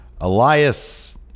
Elias